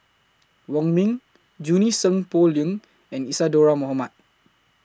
Wong Ming Junie Sng Poh Leng and Isadhora Mohamed